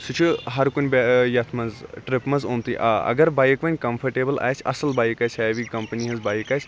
سُہ چھُ ہر کُنہ یتھ مَنٛز ٹرپ مَنٛز اومتٕے آ اگر بایک وۄنۍ کَمفٲٹیبٕل آسہِ اصل بایک آسہِ ہیٚوی کمپٔنی ہٕنٛز بایک آسہِ